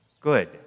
good